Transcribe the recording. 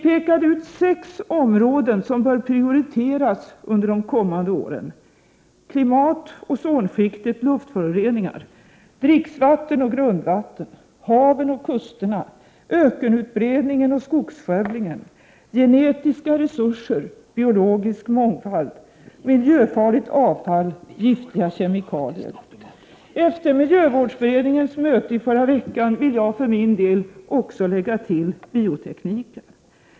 Vipekade ut sex områden som bör prioriteras under de kommande åren: — miljöfarligt avfall, giftiga kemikalier Efter miljövårdsberedningens möte förra veckan vill jag för min del lägga till biotekniken.